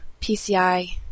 PCI